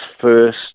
first